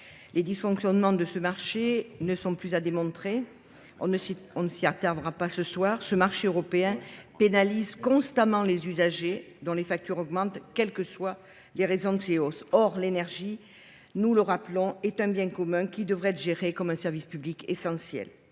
Les dysfonctionnements de ce dernier, sur lesquels je ne m’attarderai pas, ne sont plus à démontrer. Ce marché européen pénalise constamment les usagers, dont les factures augmentent, quelles que soient les raisons de ces hausses. Or l’énergie – nous le rappelons – est un bien commun, qui devrait être géré comme un service public essentiel.